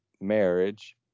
marriage